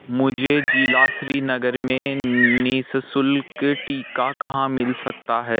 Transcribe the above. मुझे ज़िला श्रीनगर में नि शुल्क टीका कहाँ मिल सकता है